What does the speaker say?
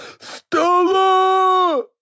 Stella